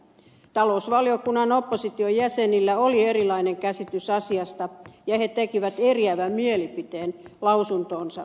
talousvaliokunnan opposition jäsenillä oli erilainen käsitys asiasta ja he tekivät eriävän mielipiteen lausuntoonsa